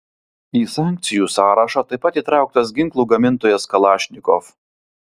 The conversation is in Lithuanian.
į sankcijų sąrašą taip pat įtrauktas ginklų gamintojas kalašnikov